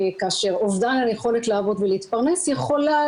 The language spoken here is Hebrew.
כאשר אבדן היכולת לעבוד ולהתפרנס יכולה